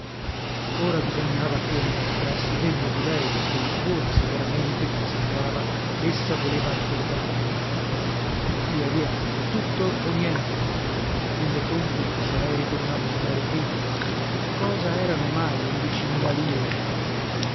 ora bisognava chio mi mostrassi degno di lei dei suoi favori se veramente come sembrava essa voleva accordarmeli via via o tutto o niente in fin de conti sarei ritornato come ero prima che cosa erano mai undicimila lire